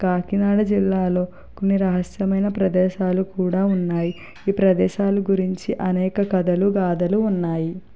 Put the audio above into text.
కాకినాడ జిల్లాలో కొన్ని రహస్యమైన ప్రదేశాలు కూడా ఉన్నాయి ఈ ప్రదేశాలు గురించి అనేక కథలు గాథలు ఉన్నాయి